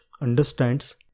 understands